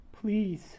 Please